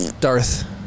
Darth